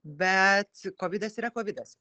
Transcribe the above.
bet kovidas yra kovidas